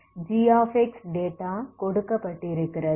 g data கொடுக்கப்பட்டிருக்கிறது